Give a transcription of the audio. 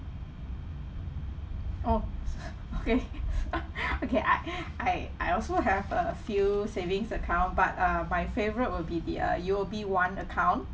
oh okay okay I I I also have a few savings account but uh my favourite will be the uh U_O_B one account